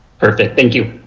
perfect, thank you?